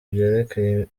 byerekeye